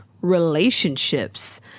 Relationships